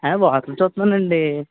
వార్తలు చూస్తున్నానండి